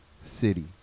city